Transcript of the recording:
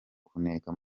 kuneka